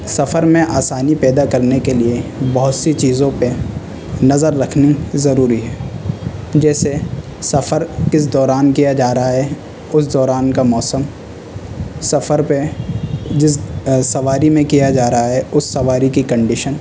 سفر میں آسانی پیدا کرنے کے لیے بہت سی چیزوں پہ نظر رکھنی ضروری ہے جیسے سفر کس دوران کیا جا رہا ہے اس دوران کا موسم سفر پہ جس سواری میں کیا جا رہا ہے اس سواری کی کنڈیشن